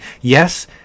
yes